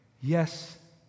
yes